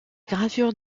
gravures